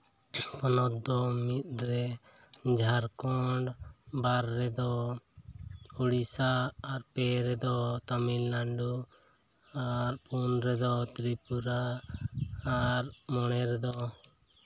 ᱦᱚᱱᱚᱛ ᱫᱚ ᱢᱤᱫ ᱨᱮ ᱡᱷᱟᱲᱠᱷᱚᱸᱰ ᱵᱟᱨ ᱨᱮᱫᱚ ᱳᱰᱤᱥᱟ ᱟᱨ ᱯᱮ ᱨᱮᱫᱚ ᱛᱟᱢᱤᱞᱱᱟᱰᱩ ᱟᱨ ᱯᱩᱱ ᱨᱮᱫᱚ ᱛᱨᱤᱯᱩᱨᱟ ᱟᱨ ᱢᱚᱬᱮ ᱨᱮᱫᱚ